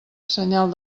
senyal